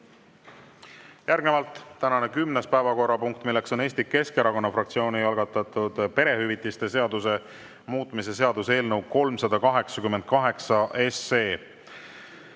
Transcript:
välja. Järgnevalt tänane kümnes päevakorrapunkt, mis on Eesti Keskerakonna fraktsiooni algatatud perehüvitiste seaduse muutmise seaduse eelnõu 388.